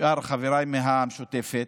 שאר חבריי מהמשותפת,